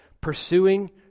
pursuing